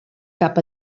cap